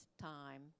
time